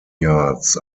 yards